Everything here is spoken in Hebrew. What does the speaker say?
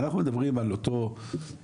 אבל אנחנו מדברים על אותו אזרח,